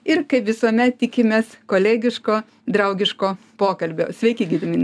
ir kaip visuomet tikimės kolegiško draugiško pokalbio sveiki gediminai